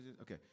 Okay